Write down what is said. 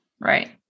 Right